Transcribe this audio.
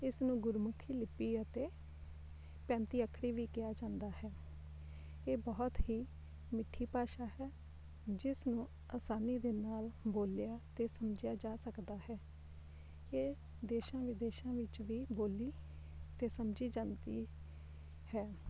ਇਸ ਨੂੰ ਗੁਰਮੁਖੀ ਲਿਪੀ ਅਤੇ ਪੈਂਤੀ ਅੱਖਰੀ ਵੀ ਕਿਹਾ ਜਾਂਦਾ ਹੈ ਇਹ ਬਹੁਤ ਹੀ ਮਿੱਠੀ ਭਾਸ਼ਾ ਹੈ ਜਿਸ ਨੂੰ ਆਸਾਨੀ ਦੇ ਨਾਲ ਬੋਲਿਆ ਅਤੇ ਸਮਝਿਆ ਜਾ ਸਕਦਾ ਹੈ ਇਹ ਦੇਸ਼ਾਂ ਵਿਦੇਸ਼ਾਂ ਵਿੱਚ ਵੀ ਬੋਲੀ ਅਤੇ ਸਮਝੀ ਜਾਂਦੀ ਹੈ